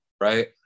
right